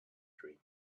dream